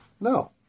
No